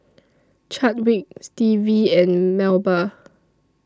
Chadwick Stevie and Melba